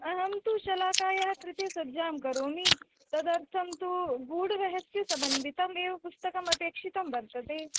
अहं तु शलाकायाः कृते सज्जां करोमि तदर्थं तु गूढरहस्यसम्बन्धितमेव पुस्तकम् अपेक्षितं वर्तते